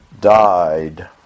died